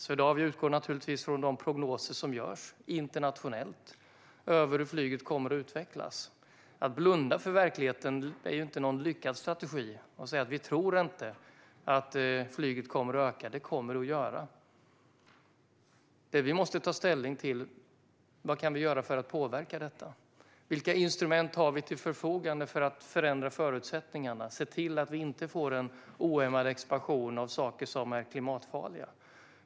Swedavia utgår naturligtvis från de prognoser som görs internationellt över hur flyget kommer att utvecklas. Att blunda för verkligheten - att säga att vi inte tror att flyget kommer att öka - är inte någon lyckad strategi. Det kommer att öka, och det vi måste ta ställning till är vad vi kan göra för att påverka detta. Vilka instrument har vi till vårt förfogande för att förändra förutsättningarna och se till att vi inte får en ohämmad expansion av saker som är klimatfarliga?